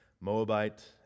Moabite